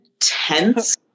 tense